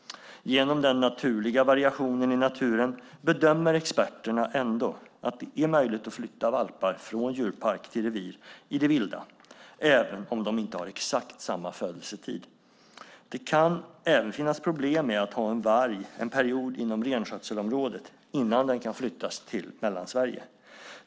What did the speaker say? Genom den naturliga variationen i naturen bedömer experterna ändå att det är möjligt att flytta valpar från djurpark till revir i det vilda även om de inte har exakt samma födelsetid. Det kan även finnas problem med att ha en varg en period inom renskötselområdet innan den kan flyttas till Mellansverige.